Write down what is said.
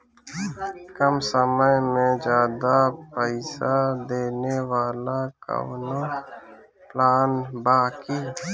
कम समय में ज्यादा पइसा देवे वाला कवनो प्लान बा की?